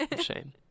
Shame